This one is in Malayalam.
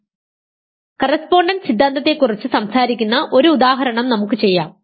അതിനാൽ കറസ്പോണ്ടൻസ് സിദ്ധാന്തത്തെക്കുറിച്ച് സംസാരിക്കുന്ന ഒരു ഉദാഹരണം നമുക്ക് ചെയ്യാം